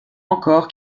encore